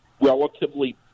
relatively